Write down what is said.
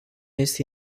este